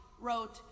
wrote